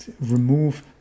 remove